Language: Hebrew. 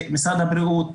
זה משרד הבריאות,